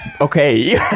Okay